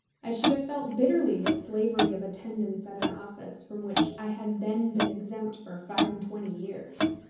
i should have felt bitterly the slavery of attendance at an office, from which i had then been exempt for five-and-twenty years.